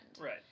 Right